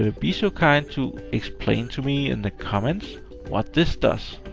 ah be so kind to explain to me in the comments what this does,